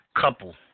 couple